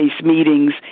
meetings